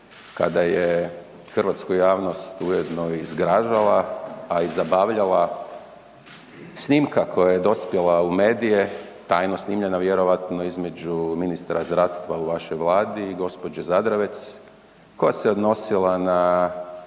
kada je hrvatsku javnost ujedno i zgražala, a i zabavljala snimka koja je dospjela u medije, tajno snimljena vjerojatno između ministra zdravstva u vašoj Vladi i gospođe Zadravec koja se odnosila na